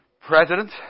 president